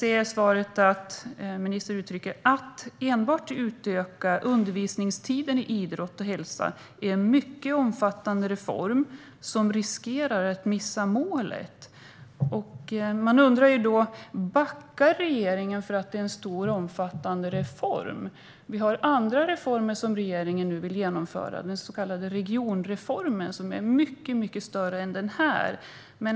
I svaret säger ministern: "Att enbart utöka undervisningstiden i idrott och hälsa är en mycket omfattande reform som riskerar att missa målet." Jag undrar då om regeringen backar därför att det är en stor och omfattande reform. Det finns andra reformer som regeringen nu vill genomföra, till exempel den så kallade regionreformen, som är mycket större än den här.